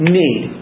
need